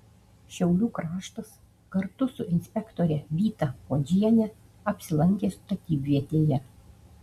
šiaulių kraštas kartu su inspektore vyta puodžiene apsilankė statybvietėje